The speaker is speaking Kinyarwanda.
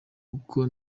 uko